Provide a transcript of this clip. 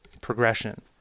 progression